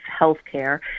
healthcare